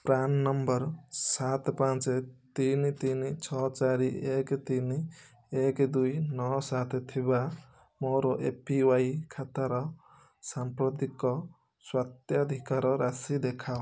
PRAN number ସାତ ପାଞ୍ଚ ତିନି ତିନି ଛଅ ଚାରି ଏକ ତିନି ଏକ ଦୁଇ ନଅ ସାତ ଥିବା ମୋର ଏ ପି ୱାଇ ଖାତାର ସାମ୍ପ୍ରତିକ ସ୍ୱତ୍ୱାଧିକାର ରାଶି ଦେଖାଅ